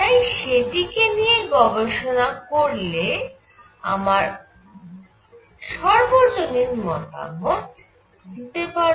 তাই সেটি কে নিয়ে গবেষণা করলে আমার সর্বজনীন মতামত দিতে পারব